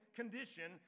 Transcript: condition